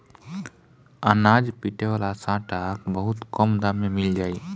अनाज पीटे वाला सांटा बहुत कम दाम में मिल जाई